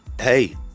hey